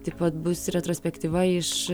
taip pat bus retrospektyva iš